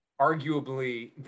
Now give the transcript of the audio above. arguably